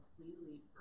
completely